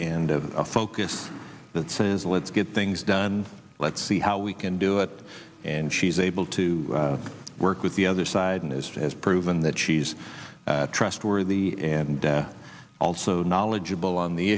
and focus that says let's get things done let's see how we can do it and she's able to work with the other side and history has proven that she's trustworthy and also knowledgeable on the